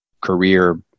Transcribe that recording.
career